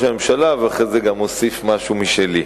הממשלה ואחרי זה אוסיף גם משהו משלי.